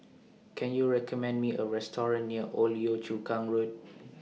Can YOU recommend Me A Restaurant near Old Yio Chu Kang Road